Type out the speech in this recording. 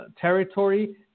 territory